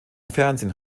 fernsehen